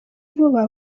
vuba